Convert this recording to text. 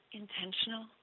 intentional